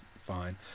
fine